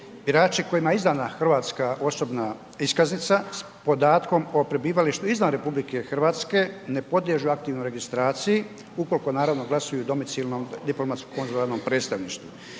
biračima kojima je izdana hrvatska osobna iskaznica, s podatkom o prebivalištu izvan RH, ne poliježu aktivno registraciji, ukoliko naravno glasuju domicilnom diplomatskom konzularnom predstavništvu.